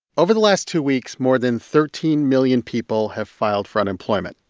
over the last two weeks, more than thirteen million people have filed for unemployment.